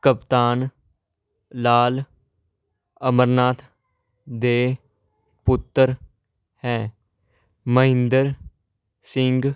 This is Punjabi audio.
ਕਪਤਾਨ ਲਾਲ ਅਮਰਨਾਥ ਦੇ ਪੁੱਤਰ ਹੈ ਮਹਿੰਦਰ ਸਿੰਘ